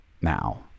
now